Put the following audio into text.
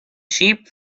sheep